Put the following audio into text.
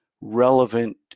relevant